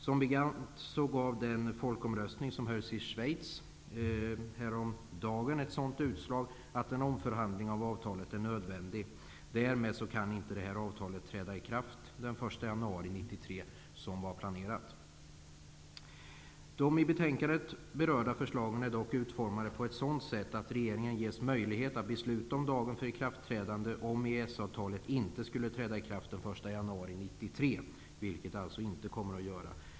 Som bekant gav den folkomröstning som hölls i Schweiz häromdagen ett sådant utslag att en omförhandling av avtalet är nödvändig. Därmed kan avtalet inte träda i kraft den 1 januari 1993 som planerat. De i betänkandet berörda förslagen är dock utformade på ett sådant sätt att regeringen ges möjlighet att besluta om dagen för ikraftträdande, om EES-avtalet inte skulle träda i kraft den 1 januari 1993, vilket det alltså inte kommer att göra.